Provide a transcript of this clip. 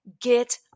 get